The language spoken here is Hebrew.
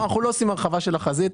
אנחנו לא עושים הרחבה של החזית.